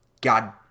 god